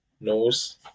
nose